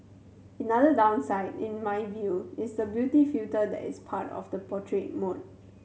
another downside in my view is the beauty filter that is part of the portrait mode